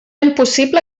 impossible